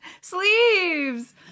Sleeves